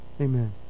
Amen